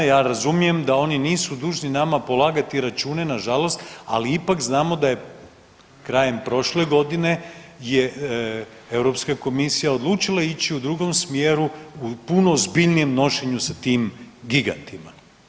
Ja razumijem da oni nisu dužni nama polagati račune nažalost, ali ipak znamo da je krajem prošle godine je Europska komisija odlučila ići u drugom smjeru u puno ozbiljnijem nošenju sa tim gigantima.